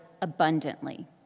abundantly